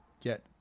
get